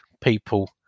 people